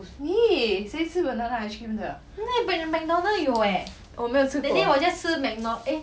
!ee! 谁吃 banana ice cream 的我没有吃过